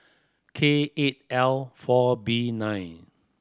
K eight L four B nine